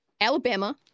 Alabama